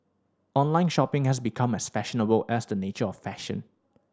online shopping has become as fashionable as the nature of fashion